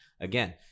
Again